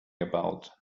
about